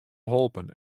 holpen